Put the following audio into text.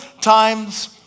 times